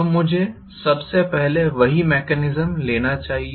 तो मुझे सबसे पहले वही मैकेनिज्म लेना चाहिए